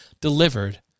delivered